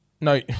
No